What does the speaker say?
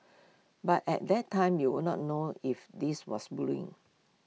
but at that time you would not know if this was bullying